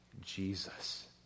Jesus